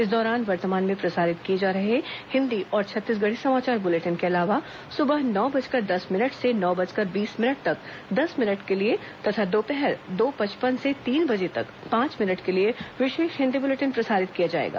इस दौरान वर्तमान में प्रसारित किए जा रहे हिन्दी और छत्तीसगढ़ी समाचार बुलेटिन के अलावा सुबह नौ बजकर दस मिनट से नौ बजकर बीस मिनट तक दस मिनट के लिए तथा दोपहर दो पचपन से तीन बजे तक पांच मिनट के लिए विशेष हिन्दी बुलेटिन प्रसारित किया जाएगा